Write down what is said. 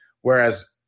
Whereas